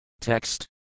Text